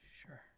Sure